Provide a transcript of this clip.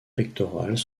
pectorales